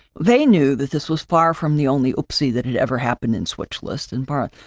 they knew that this was far from the only oopsie that had ever happened in switch list and far,